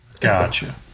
Gotcha